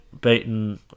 beaten